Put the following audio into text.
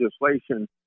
legislation